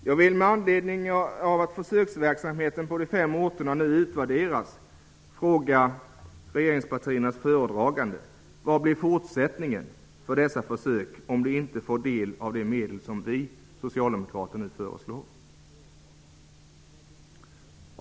Jag vill med anledning av att försöksverksamheten på de fem orterna nu utvärderas fråga regeringspartiernas föredragande följande: Hur blir fortsättningen för dessa försök om de inte får del av de medel som vi socialdemokrater nu föreslår att de skall få?